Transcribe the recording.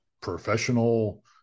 professional